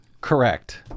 Correct